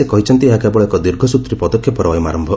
ସେ କହିଛନ୍ତି ଏହା କେବଳ ଏକ ଦୀର୍ଘସ୍ତ୍ରୀ ପଦକ୍ଷେପର ଅୟମାରମ୍ଭ